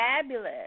fabulous